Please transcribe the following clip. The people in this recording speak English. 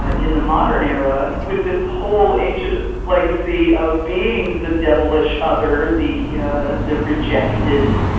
ah in the modern era, with this whole ancient legacy of being the devilish other, the yeah the rejected,